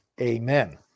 Amen